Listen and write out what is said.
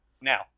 Now